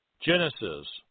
Genesis